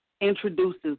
introduces